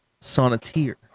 Sonneteer